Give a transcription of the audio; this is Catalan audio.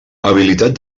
habilitat